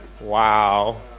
Wow